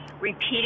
repeating